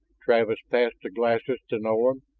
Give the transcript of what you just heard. travis passed the glasses to nolan.